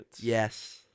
Yes